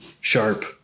sharp